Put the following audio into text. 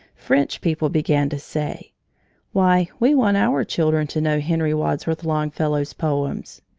french people began to say why, we want our children to know henry wadsworth longfellow's poems!